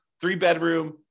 three-bedroom